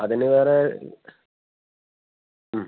അതിന് വേറെ മ്